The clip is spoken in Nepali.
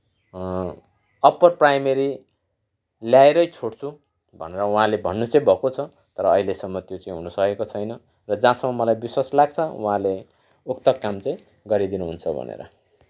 अप्पर प्राइमेरी ल्याएरै छोडछु भनेर उहाँले भन्नु चाहिँ भएको छ तर अहिलेसम्म त्यो चाहिँ हुन सकेको छैन र जहाँसम्म मलाई विश्वास लाग्छ उहाँले उक्त काम चाहिँ गरि दिनुहुन्छ भनेर